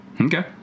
Okay